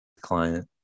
client